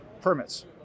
permits